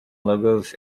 logos